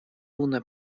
una